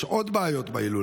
יש עוד בעיות בהילולה,